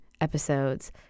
episodes